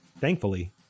Thankfully